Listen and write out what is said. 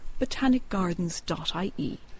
botanicgardens.ie